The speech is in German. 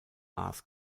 aas